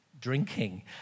drinking